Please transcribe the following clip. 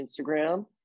instagram